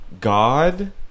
God